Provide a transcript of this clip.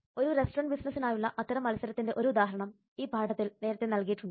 ഒരു റെസ്റ്റോറന്റ് ബിസിനസിനായുള്ള അത്തരം മത്സരത്തിന്റെ ഒരു ഉദാഹരണം ഈ പാഠത്തിൽ നേരത്തെ നൽകിയിട്ടുണ്ട്